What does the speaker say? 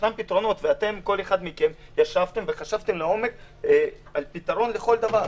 כל אחד מכם ישב וחשבתם לעומק על פתרון לכל דבר,